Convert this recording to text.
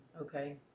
Okay